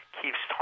keeps